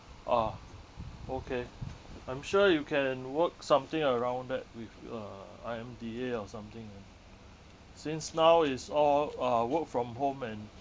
ah okay I'm sure you can work something around that with uh I_M_D_A or something ah since now is all uh work from home and